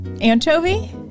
Anchovy